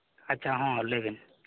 ᱟᱪᱪᱷᱟ ᱦᱚᱸ ᱞᱟᱹᱭ ᱵᱤᱱ